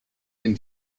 den